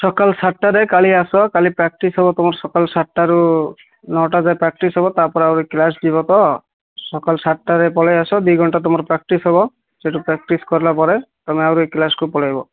ସକାଳ ସାତଟାରେ କାଲି ଆସ କାଲି ପ୍ରାକ୍ଟିସ୍ ହେବ ତୁମର ସକାଳ ସାତଟାରୁ ନଅଟା ଯାଏ ପ୍ରାକ୍ଟିସ୍ ହେବ ତା'ପରେ ଆହୁରି କ୍ଳାସ ଯିବ ତ ସକାଳ ସାତଟାରେ ପଳାଇଆସ ଦୁଇ ଘଣ୍ଟା ତୁମର ପ୍ରାକ୍ଟିସ୍ ହେବ ସେଇଠୁ ପ୍ରାକ୍ଟିସ୍ କଲାପରେ ତୁମେ ଆହୁରି କ୍ଳାସକୁ ପଳାଇବ